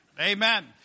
Amen